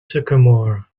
sycamore